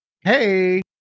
hey